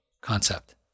concept